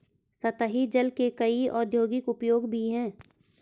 सतही जल के कई औद्योगिक उपयोग भी हैं